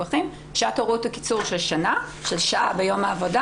שעת הורות זה קיצור של שעה ביום העבודה